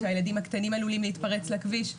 כשהילדים הקטנים עלולים להתפרץ לכביש.